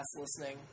listening